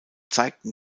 zeigten